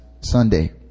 Sunday